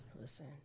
Listen